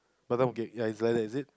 Batam cake ya is like that is it